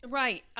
right